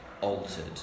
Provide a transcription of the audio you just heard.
altered